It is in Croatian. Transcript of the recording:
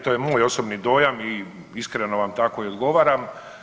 To je moj osobni dojam i iskreno vam tako i odgovaram.